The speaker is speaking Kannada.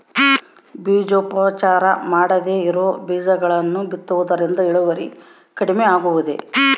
ಬೇಜೋಪಚಾರ ಮಾಡದೇ ಇರೋ ಬೇಜಗಳನ್ನು ಬಿತ್ತುವುದರಿಂದ ಇಳುವರಿ ಕಡಿಮೆ ಆಗುವುದೇ?